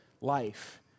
life